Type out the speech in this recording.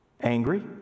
angry